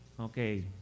Okay